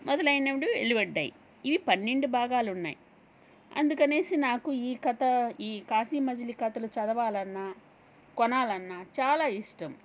మొదలైనవి వెలువడినాయి ఇవి పన్నెండు భాగాలు ఉన్నాయి అందుకు అని నాకు ఈ కథ ఈ కాశీ మజిలీ కథలు చదవాలన్నా కొనాలన్నా చాలా ఇష్టం